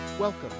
Welcome